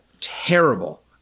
Terrible